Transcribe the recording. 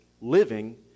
living